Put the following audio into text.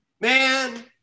Man